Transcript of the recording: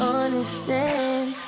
understand